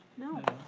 no.